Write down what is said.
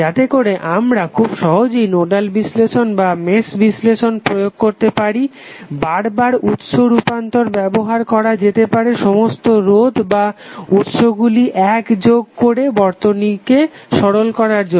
যাতে করে আমরা খুব সহজেই নোডাল বিশ্লেষণ বা মেশ বিশ্লেষণ প্রয়োগ করতে পারি বার বার উৎস রুপান্তর ব্যবহার করা যেতে পারে সমস্ত রোধ বা উৎসগুলি একযোগ করে বর্তনীকে সরল করার জন্য